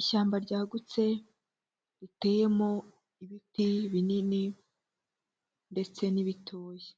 Ishyamba ryagutse riteyemo ibiti binini ndetse n'ibitoya,